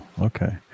okay